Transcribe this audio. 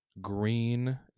Green